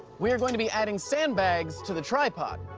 we are going to be adding sand bags to the tripod.